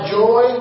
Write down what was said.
joy